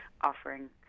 offering